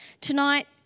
tonight